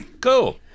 cool